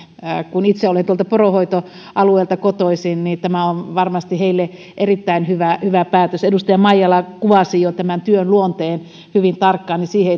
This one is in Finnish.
itse olen poronhoitoalueelta kotoisin ja tämä on varmasti heille erittäin hyvä päätös edustaja maijala kuvasi jo tämän työn luonteen hyvin tarkkaan joten siihen